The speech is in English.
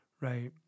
right